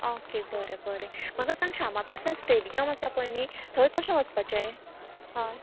आं ऑके बरें बरें म्हाका सांग श्यामा प्रसाद स्टेडीयम आसा पळय न्ही थंय कशे वचपाचें हय